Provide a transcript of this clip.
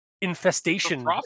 infestation